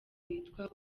witwa